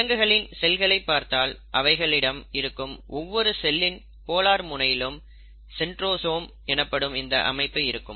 விலங்குகளின் செல்களைப் பார்த்தால் அவைகளிடம் இருக்கும் ஒவ்வொரு செல்லின் போலார் முனையில் சென்ட்ரோசோம் எனப்படும் இந்த அமைப்பு இருக்கும்